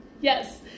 Yes